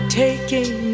taking